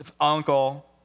uncle